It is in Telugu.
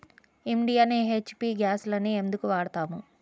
ఇండియన్, హెచ్.పీ గ్యాస్లనే ఎందుకు వాడతాము?